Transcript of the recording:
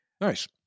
Nice